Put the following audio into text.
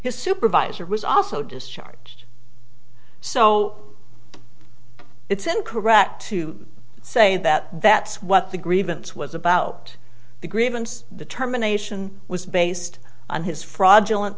his supervisor was also discharged so it's incorrect to say that that's what the grievance was about the grievance the terminations was based on his fraudulent